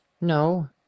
no